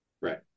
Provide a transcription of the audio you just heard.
Right